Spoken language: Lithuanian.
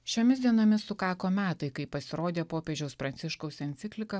šiomis dienomis sukako metai kai pasirodė popiežiaus pranciškaus enciklika